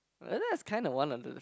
well that's kind of one on this